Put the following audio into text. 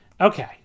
Okay